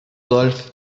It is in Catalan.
golf